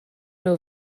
nhw